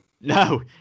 No